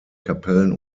kapellen